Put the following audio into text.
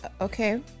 Okay